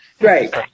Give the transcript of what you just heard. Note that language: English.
Right